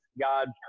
God